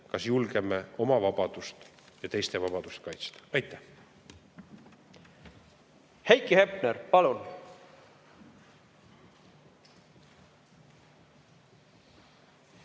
kas me julgeme oma ja teiste vabadust kaitsta. Aitäh! Heiki Hepner, palun!